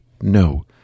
No